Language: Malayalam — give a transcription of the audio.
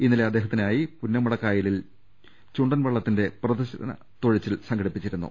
ഇന്നലെ അദ്ദേഹത്തിനായി പുന്നമടക്കായ ലിൽ ചുണ്ടൽ വള്ളത്തിന്റെ പ്രദർശന തുഴച്ചിൽ സംഘടിപ്പിച്ചിരുന്നു